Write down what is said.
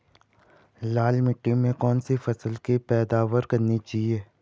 लाल मिट्टी में कौन सी फसल की पैदावार करनी चाहिए?